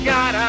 God